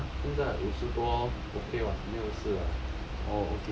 !huh! 现在五十多 okay [what] 没有事啦